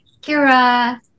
Kira